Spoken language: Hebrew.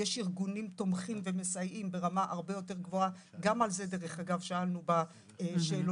אני יכולה לומר שקשישים באופן כללי סובלים